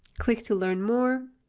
click to learn more,